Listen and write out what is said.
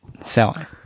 sell